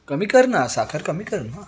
कमी कर ना साखर कमी कर ना